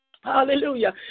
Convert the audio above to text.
hallelujah